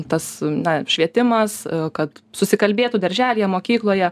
tas na švietimas kad susikalbėtų darželyje mokykloje